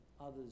others